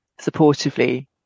supportively